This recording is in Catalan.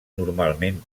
normalment